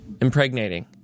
Impregnating